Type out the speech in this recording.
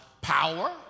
power